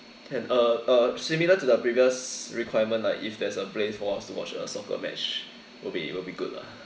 can uh uh similar to the previous requirement like if there's a place for us to watch a soccer match will be uh will be good lah